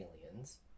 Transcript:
aliens